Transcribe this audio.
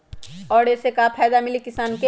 और ये से का फायदा मिली किसान के?